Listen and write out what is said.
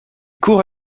court